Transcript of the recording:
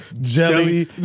jelly